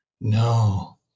No